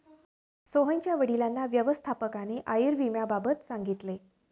सोहनच्या वडिलांना व्यवस्थापकाने आयुर्विम्याबाबत सांगितले